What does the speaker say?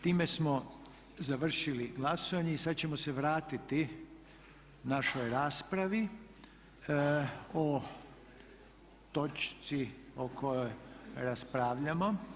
Time smo završili glasovanje i sad ćemo se vratiti našoj raspravi o točci o kojoj raspravljamo.